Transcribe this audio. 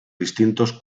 distintos